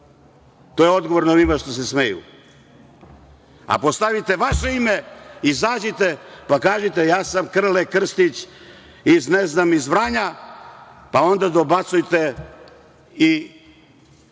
To je odgovor ovima što se smeju. A postavite vaše ime, izađite, pa kažite – ja sam Krle Krstić iz Vranja, pa onda dobacujte i